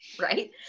right